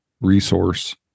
resource